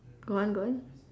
go on go on